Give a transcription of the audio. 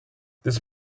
this